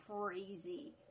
crazy